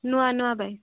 ନୂଆ ନୂଆ ବାଇକ୍